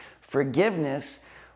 Forgiveness